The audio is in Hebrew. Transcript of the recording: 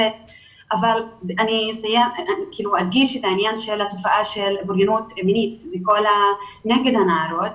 אבל אני אדגיש את העניין של פגיעות מיניות נגד הנערות.